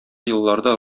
елларда